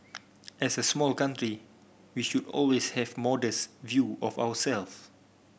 as a small country we should always have modest view of